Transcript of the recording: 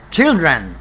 children